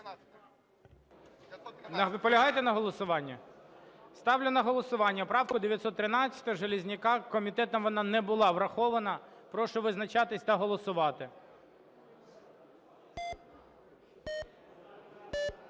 Наполягаєте на голосуванні? Ставлю на голосування правку 913 Железняка, комітетом вона не була врахована. Прошу визначатись та голосувати.